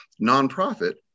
nonprofit